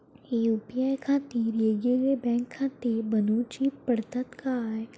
UPI खातीर येगयेगळे बँकखाते बनऊची पडतात काय?